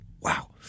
Wow